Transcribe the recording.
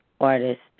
artist